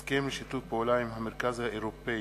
הסכם לשיתוף פעולה עם המרכז האירופי